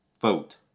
vote